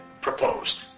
proposed